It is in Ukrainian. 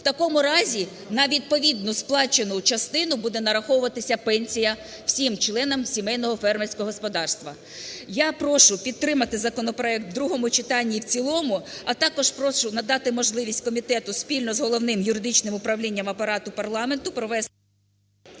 В такому разі на відповідну сплачену частину буде нараховуватися пенсія всім членам сімейного фермерського господарства. Я прошу підтримати законопроект у другому читанні і в цілому, а також прошу надати можливість комітету спільно з Головним юридичним управлінням Апарату парламенту провести…